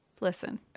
Listen